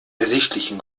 ersichtlichen